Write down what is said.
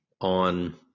on